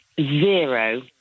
zero